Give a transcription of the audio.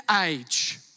age